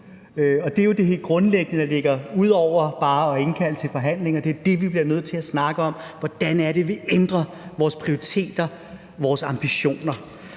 Det er jo det helt grundlæggende, der ligger ud over bare at indkalde til forhandlinger. Det er det, vi bliver nødt til at snakke om: Hvordan er det, vi ændrer vores prioriteter, vores ambitioner?